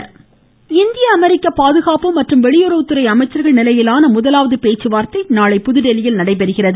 Sushma India அமெரிக்க பாதுகாப்பு மற்றும் வெளியுறவுத்துறை அமைச்சர்கள் நிலையிலான முதலாவது பேச்சுவார்த்தை நாளை புதுதில்லியில் நடைபெறுகிறது